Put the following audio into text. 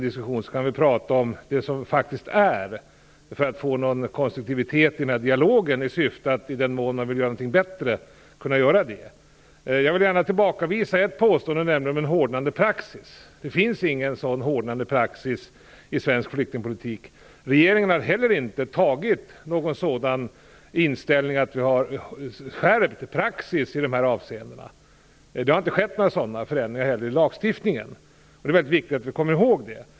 Då kan vi prata om det som faktiskt är, så att vi får någon konstruktivitet i den här dialogen i syfte att göra någonting bättre, i den mån man vill kunna göra det. Jag vill gärna tillbakavisa ett påstående, nämligen det om en hårdnande praxis. Det finns ingen sådan hårdnande praxis i svensk flyktingpolitik. Regeringen har heller inte intagit en sådan ställning att vi har skärpt praxis i dessa avseenden. Det har inte heller skett några sådana förändringar i lagstiftningen. Det är mycket viktigt att vi kommer ihåg det.